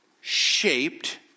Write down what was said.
shaped